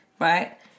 right